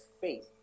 faith